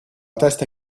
testa